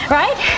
right